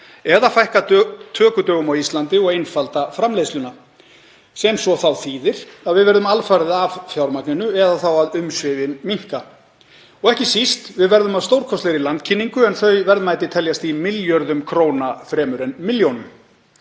eða fækka tökudögum á Íslandi og einfalda framleiðsluna. Það þýðir að við verðum alfarið af fjármagninu eða þá að umsvifin minnka og ekki síst verðum við af stórkostlegri landkynningu, en þau verðmæti teljast í milljörðum króna fremur en milljónum.